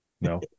no